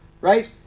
right